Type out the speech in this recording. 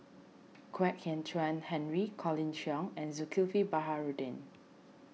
Kwek Hian Chuan Henry Colin Cheong and Zulkifli Baharudin